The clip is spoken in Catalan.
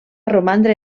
romandre